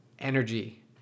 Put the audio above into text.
energy